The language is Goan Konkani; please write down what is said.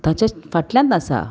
ताच्याच फाटल्यात आसा